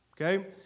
Okay